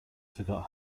forgot